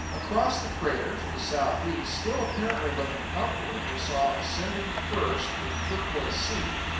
across the crater, to the south-east, still apparently looking upward, we saw ascending, first, the turquoise sea,